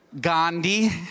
Gandhi